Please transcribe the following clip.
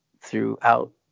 throughout